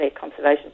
conservation